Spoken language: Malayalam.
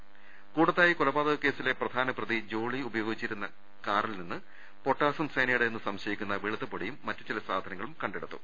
അതിനിടെ കൂടത്തായി കൊലപാതക കേസിലെ പ്രധാനപ്രതി ജോളി ഉപയോഗിച്ചിരുന്ന കാറിൽ നിന്ന് പൊട്ടാസൃം സയനെയ്ഡ് എന്ന് സംശയിക്കുന്ന വെളുത്ത പൊടിയും മറ്റ് ചില സാധനങ്ങളും കണ്ടെടുത്തു